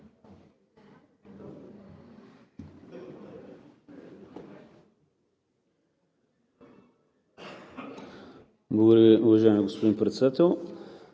Благодаря Ви, уважаеми господин Председател.